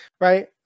right